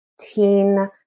teen